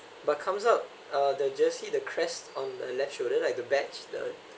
but comes out uh the jersey the crest on the left shoulder like the badge the